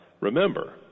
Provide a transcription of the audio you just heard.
remember